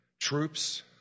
troops